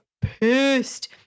pissed